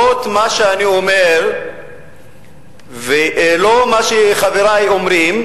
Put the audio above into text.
לא את מה שאני אומר ולא את מה שחברי אומרים,